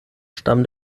stamm